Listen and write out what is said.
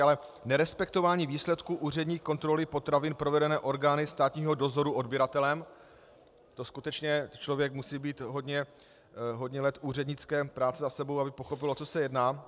Ale nerespektování výsledků úřední kontroly potravin provedené orgány státního dozoru odběratelem, to skutečně člověk musí mít hodně let úřednické práce za sebou, aby pochopil, o co se jedná.